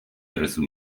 آرزو